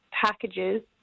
packages